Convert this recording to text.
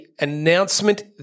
announcement